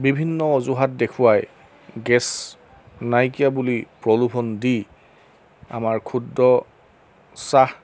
বিভিন্ন অজোহাত দেখুৱাই গেছ নাইকিয়া বুলি প্ৰলোভন দি আমাৰ ক্ষুদ্ৰ চাহ